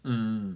mm